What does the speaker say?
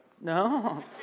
No